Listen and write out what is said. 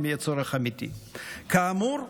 כאמור,